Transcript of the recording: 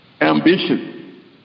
ambition